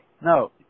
No